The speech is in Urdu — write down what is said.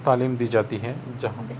تعلیم دی جاتی ہے جہاں